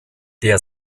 der